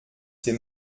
ces